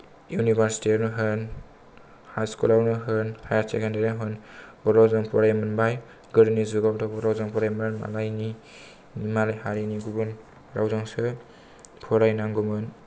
इउनिभार्सितियावनो होन हाई स्कुलावनो होन हायार सेकेन्दारियाव होन बर'जों फरायनो मोनबाय गोदोनि जुगावथ' बर'जों फरायनो मोनामोन मालायनि माने हारिनि गुबुन रावजोंसो फरायनांगौमोन